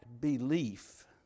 belief